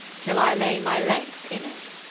till i lay my length in it.